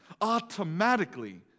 automatically